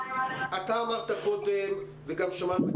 שמענו את